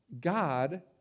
God